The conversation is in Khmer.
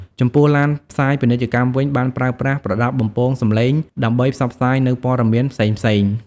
ចំពោះឡានផ្សាយពាណិជ្ជកម្មវិញ បានប្រើប្រាស់ប្រដាប់បំពងសំឡេងដើម្បីផ្សព្វផ្សាយនូវព័ត៌មានផ្សេងៗ។